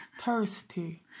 thirsty